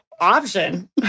option